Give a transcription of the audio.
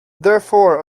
therefore